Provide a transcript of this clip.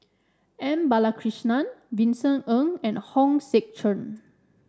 M Balakrishnan Vincent Ng and Hong Sek Chern